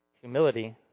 Humility